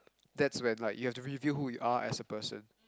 that's when like you have to reveal who you are as a person